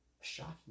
shocking